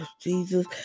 jesus